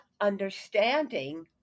understanding